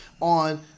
on